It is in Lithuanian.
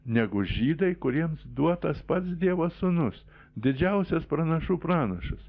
negu žydai kuriems duotas pats dievas sūnus didžiausias pranašų pranašas